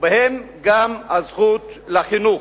ובהם גם הזכות לחינוך.